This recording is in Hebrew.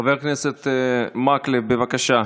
חבר הכנסת מקלב, בבקשה.